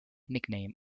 nickname